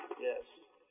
Yes